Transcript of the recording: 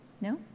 No